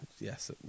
Yes